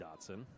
Dotson